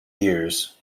years